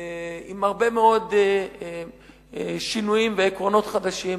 עם הרבה מאוד שינויים ועקרונות חדשים.